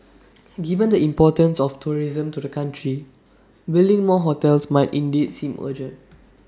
given the importance of tourism to the country building more hotels might indeed seem urgent